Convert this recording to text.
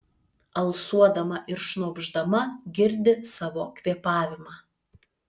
alsuodama ir šnopšdama girdi savo kvėpavimą